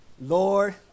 Lord